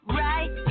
right